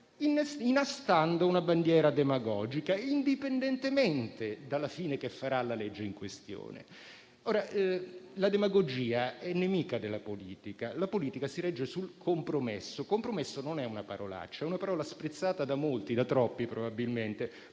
inastando una bandiera demagogica, indipendentemente dalla fine che farà il disegno di legge in questione. La demagogia è nemica della politica, che si regge sul compromesso, che non è una parolaccia. È una parola sprezzata da molti, da troppi probabilmente,